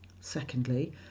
Secondly